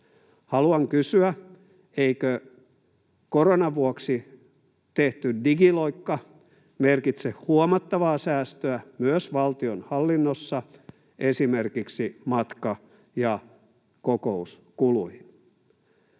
Haluan kysyä: eikö koronan vuoksi tehty digiloikka merkitse huomattavaa säästöä myös valtionhallinnossa esimerkiksi matka- ja kokouskuluihin?